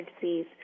disease